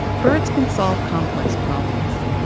birds can solve complex problems.